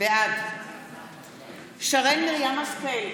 בעד שרן מרים השכל,